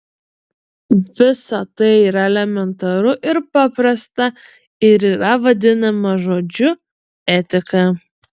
visa tai yra elementaru ir paprasta ir yra vadinama žodžiu etika